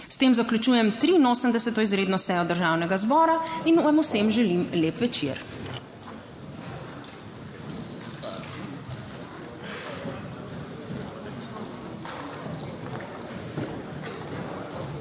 S tem zaključujem 83. izredno sejo Državnega zbora in vam vsem želim lep večer.